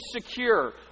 secure